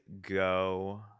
go